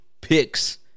picks